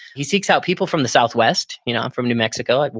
he seeks out people from the southwest. you know, i'm from new mexico, like but